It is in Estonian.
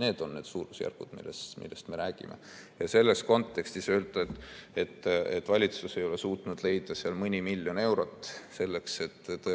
Need on need suurusjärgud, millest me räägime. Ja selles kontekstis öelda, et valitsus ei ole suutnud leida seal mõni miljon eurot selleks, et